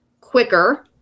quicker